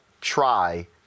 try